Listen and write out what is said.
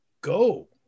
go